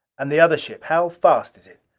and the other ship how fast is it?